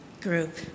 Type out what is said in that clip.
group